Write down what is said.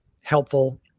helpful